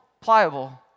pliable